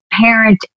parent